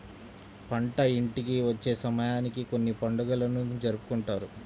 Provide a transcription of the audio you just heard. పంట ఇంటికి వచ్చే సమయానికి కొన్ని పండుగలను జరుపుకుంటారు